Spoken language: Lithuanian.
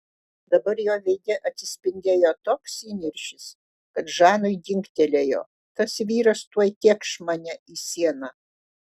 dabar jo veide atsispindėjo toks įniršis kad žanui dingtelėjo tas vyras tuoj tėkš mane į sieną